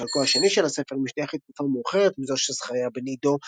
שחלקו השני של הספר משתייך לתקופה מאוחרת מזו של זכריה בן עדו,